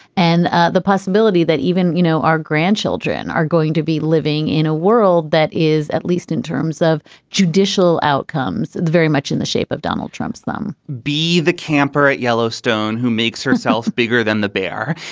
and ah the possibility that even, you know, our grandchildren are going to be living in a world that is, at least in terms of judicial outcomes, very much in the shape of donald trump's them be the camper at yellowstone who makes herself bigger than the bear.